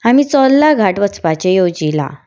आमी चोरला घाट वचपाचें येवजिलां